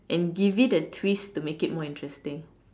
and give it a twist to make it more interesting